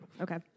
Okay